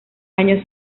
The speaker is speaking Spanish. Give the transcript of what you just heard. año